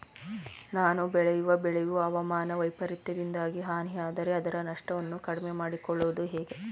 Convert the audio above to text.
ನಾನು ಬೆಳೆಯುವ ಬೆಳೆಯು ಹವಾಮಾನ ವೈಫರಿತ್ಯದಿಂದಾಗಿ ಹಾನಿಯಾದರೆ ಅದರ ನಷ್ಟವನ್ನು ಕಡಿಮೆ ಮಾಡಿಕೊಳ್ಳುವುದು ಹೇಗೆ?